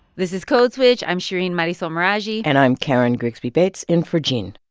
this is code switch. i'm shereen marisol meraji and i'm karen grigsby bates, in for gene